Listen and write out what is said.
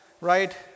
right